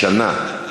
שנה,